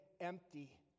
empty